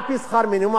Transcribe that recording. עובדת יותר ממשרה.